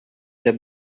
their